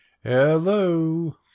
Hello